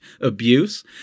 abuse